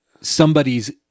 somebody's